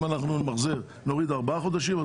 אם נוריד 4 חודשים,